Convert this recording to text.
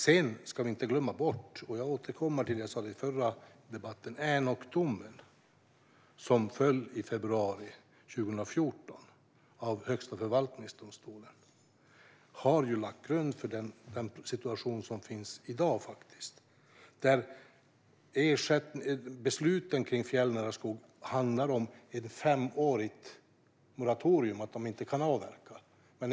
Jag återkommer till det jag sa i den förra interpellationsdebatten: Vi ska inte glömma bort Änokdomen, som föll i februari 2014 i Högsta förvaltningsdomstolen. Den har lagt grund för den situation vi har i dag, där besluten om fjällnära skog handlar om ett femårigt moratorium och att man inte kan avverka.